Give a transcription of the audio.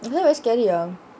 that's why very scary ya